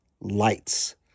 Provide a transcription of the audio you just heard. lights